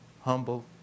humble